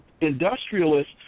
industrialists